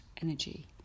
energy